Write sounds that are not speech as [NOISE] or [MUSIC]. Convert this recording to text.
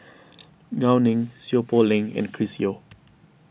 [NOISE] Gao Ning Seow Poh Leng and Chris Yeo